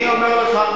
אני אומר לך,